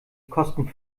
kosten